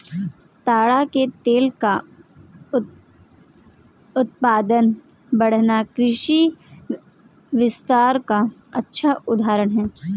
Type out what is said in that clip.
ताड़ के तेल का उत्पादन बढ़ना कृषि विस्तार का अच्छा उदाहरण है